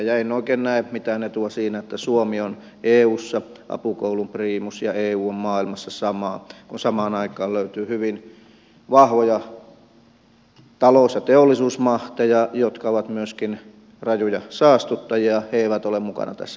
en oikein näe mitään etua siinä että suomi on eussa apukoulun priimus ja eu on maailmassa sama kun samaan aikaan löytyy hyvin vahvoja talous ja teollisuusmahteja jotka ovat myöskin rajuja saastuttajia mutta ne eivät ole mukana tässä järjestelmässä